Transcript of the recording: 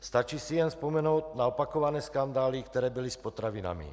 Stačí si jen vzpomenout na opakované skandály, které byly s potravinami.